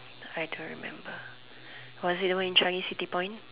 I don't remember or is it the one in Changi city point